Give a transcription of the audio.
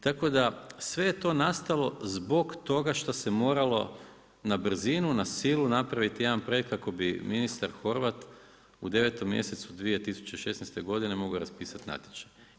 Tako da sve je to nastalo zbog toga što se moralo na brzinu, na silu napraviti jedan projekt kako bi ministar Horvat u 9. mjesecu 2016. mogao raspisati natječaj.